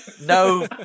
no